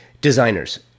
Designers